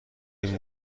این